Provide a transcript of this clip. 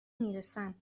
میرسم